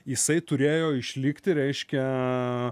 jisai turėjo išlikti reiškia